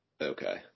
Okay